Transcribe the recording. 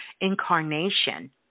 incarnation